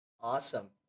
Awesome